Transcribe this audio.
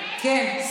כן, כן.